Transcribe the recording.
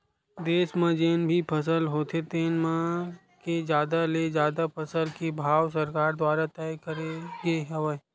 देस म जेन भी फसल होथे तेन म के जादा ले जादा फसल के भाव सरकार दुवारा तय करे गे हवय